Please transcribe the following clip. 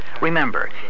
Remember